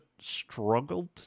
struggled